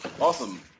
Awesome